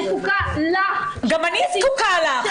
גם אני זקוקה לך.